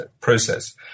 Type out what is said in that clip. process